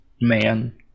Man